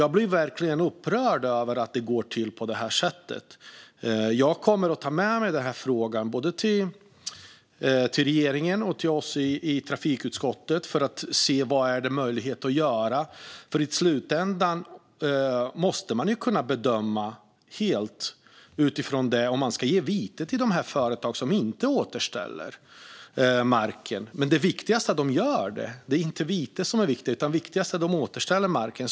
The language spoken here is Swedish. Jag blir upprörd över att det går till på detta sätt, och jag kommer att ta med mig frågan till både trafikutskottet och regeringen för att se vad som kan göras. Vi får bedöma om det ska bli vite för de företag som inte återställer marken. Men vite är inte det viktiga utan att de återställer marken.